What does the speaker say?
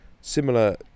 similar